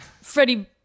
Freddie